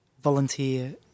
volunteer